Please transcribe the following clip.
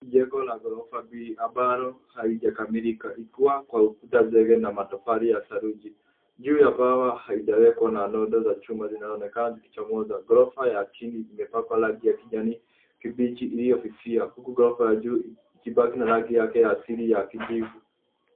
Jengo la ghorofa mbili ambalo haijakamilika, ikiwa kwa ukuta zege na matofali ya saruji. Juu ya paa haijawekwa na noda za chuma zinazoonekana zikichomwa. Ghorofa ya chini imepakwa rangi ya kijani kibichi iliyofifia huku ghorofa ya juu ikibaki na rangi yake ya asili ya kijivu.